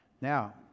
Now